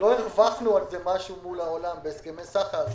לא הרווחנו על זה משהו מול העולם בהסכמי סחר.